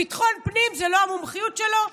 ביטחון פנים זה לא המומחיות שלו.